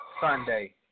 Sunday